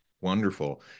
Wonderful